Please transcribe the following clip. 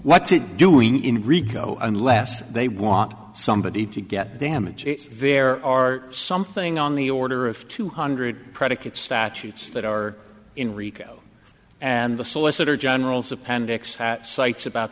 what's it doing in rico unless they want somebody to get damages there are something on the order of two hundred predicate statutes that are in rico and the solicitor general's appendix that cites about